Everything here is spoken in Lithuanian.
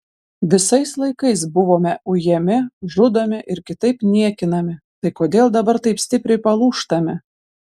visais laikais buvome ujami žudomi ir kitaip niekinami tai kodėl dabar taip stipriai palūžtame